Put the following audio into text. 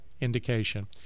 indication